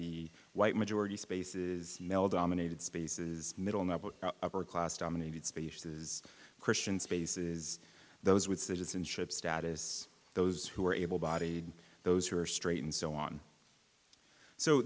be white majority spaces male dominated spaces middle men upper class dominated spaces christian spaces those with citizenship status those who are able bodied those who are straight and so on so